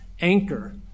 anchor